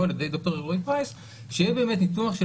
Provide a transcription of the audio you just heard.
על ידי ד"ר אלרועי פרייס שיהיה באמת של ניתוח של